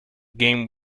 game